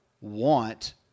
want